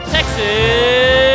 Texas